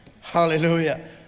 Hallelujah